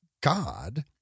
God